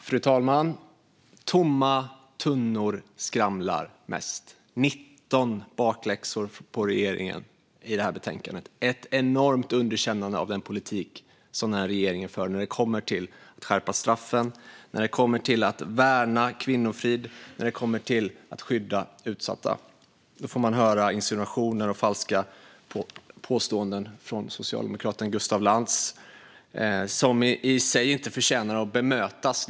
Fru talman! Tomma tunnor skramlar mest - 19 bakläxor för regeringen i betänkandet. Det är ett enormt underkännande av den politik som regeringen för när det kommer till att skärpa straffen, värna kvinnofrid och skydda utsatta. Då får man höra insinuationer och falska påståenden från socialdemokraten Gustaf Lantz som i sig inte förtjänar att bemötas.